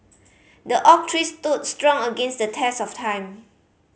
the oak tree stood strong against the test of time